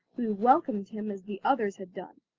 who welcomed him as the others had done.